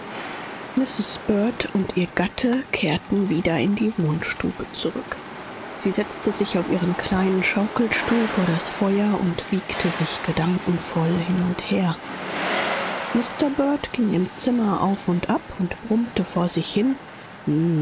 und ihr mann kehrten in das zimmer zurück sie setzte sich in ihren kleinen wiegenstuhl vor das feuer und schaukelte sich gedankenvoll hin und her während mr bird im zimmer auf und ab schritt und vor sich hin